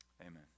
Amen